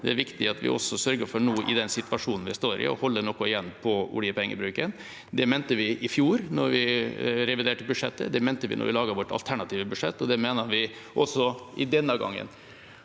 Det er viktig at vi også sørger for i den situasjonen vi nå står i, å holde noe igjen på oljepengebruken. Det mente vi i fjor da vi reviderte budsjettet, det mente vi da vi laget vårt alternative budsjett, og det mener vi også denne gangen.